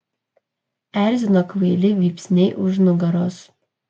erzino kvaili vypsniai už nugaros